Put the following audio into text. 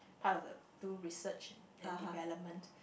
part of the two research and development